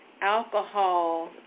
Alcohol